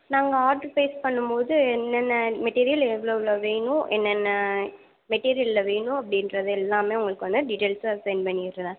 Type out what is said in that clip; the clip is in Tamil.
நாங்கள் ஆடர் பிளேஸ் பண்ணும்போது என்னென்ன மெட்டீரியல் எவ்வளோ எவ்வளோ வேணும் என்னென்ன மெட்டீரியலில் வேணும் அப்படின்றது எல்லாமே உங்களுக்கு வந்து டீட்டெயில்ஸாக சென்ட் பண்ணிடுறேன்